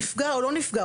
נפגע או לא נפגע.